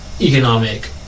economic